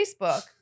Facebook